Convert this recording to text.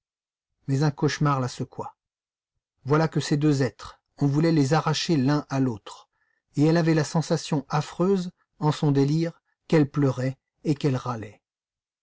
mais un cauchemar la secoua voilà que ces deux êtres on voulait les arracher l'un à l'autre et elle avait la sensation affreuse en son délire qu'elle pleurait et qu'elle râlait